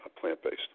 plant-based